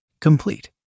complete